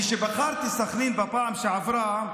כשבחרתי סח'נין בפעם שעברה,